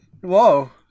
Whoa